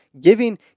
giving